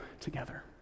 together